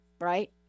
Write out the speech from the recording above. right